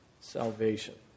salvation